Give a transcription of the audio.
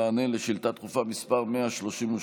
למענה על שאילתה דחופה מס' 132,